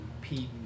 Pete